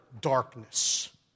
darkness